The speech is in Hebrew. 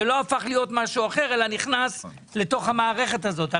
זה לא הפך להיות משהו אחר אלא נכנס לתוך המערכת הזאת.